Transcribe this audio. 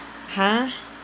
!huh!